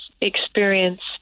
experienced